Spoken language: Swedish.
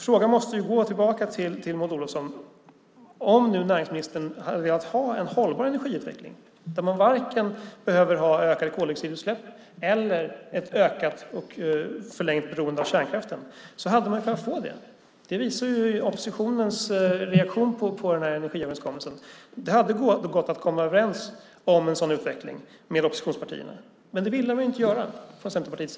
Frågan måste alltså gå tillbaka till Maud Olofsson. Om nu näringsministern hade velat ha en hållbar energiutveckling, där man varken behöver ha ökade koldioxidutsläpp eller ett ökat och förlängt beroende av kärnkraften, hade man kunnat få det. Det visade ju oppositionens reaktion på energiöverenskommelsen. Det hade gått att komma överens om en sådan utveckling med oppositionspartierna, men det ville inte Centerpartiet.